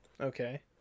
Okay